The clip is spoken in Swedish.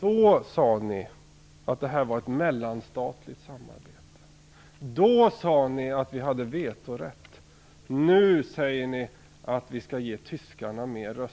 från oss moderater.